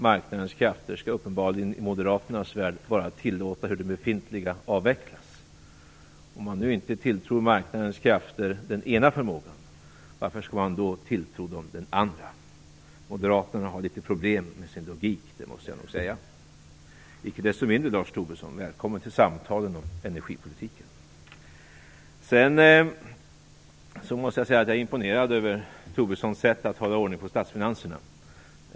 Marknadens krafter skall uppenbarligen i Moderaternas värld bara tillåta att de befintliga avvecklas. Om man inte tilltror marknadens krafter den ena förmågan, varför skall man då tilltro dem den andra? Moderaterna har litet problem med sin logik, det måste jag säga. Icke desto mindre är Lars Tobisson välkommen till samtalen om energipolitiken. Jag är imponerad över Tobissons sätt att hålla ordning på statsfinanserna.